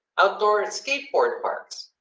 outdoor and skateboard parks.